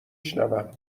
شنوم